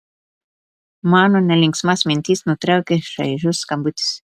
mano nelinksmas mintis nutraukia šaižus skambutis